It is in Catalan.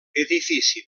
edifici